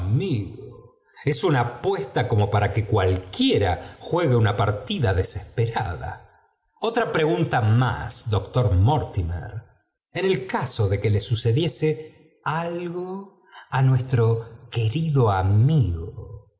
amigo e una puesta como para que cual quiera juegue una partida desesperada otra pregunta más doctor mortiitíér en el caso de que le sucediese algo á nuestro joven amigo